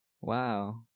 Wow